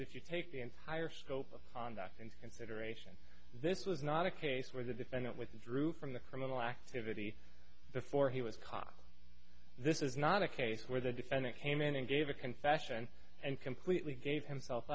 if you take the entire scope of conduct in consideration this was not a case where the defendant withdrew from the criminal activity before he was caught this is not a case where the defendant came in and gave a confession and completely gave himself